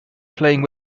playing